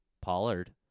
Pollard